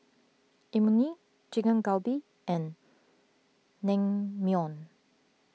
Imoni Chicken Galbi and Naengmyeon